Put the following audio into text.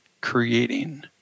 creating